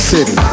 City